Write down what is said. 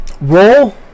roll